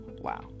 Wow